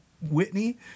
Whitney